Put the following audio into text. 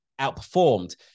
outperformed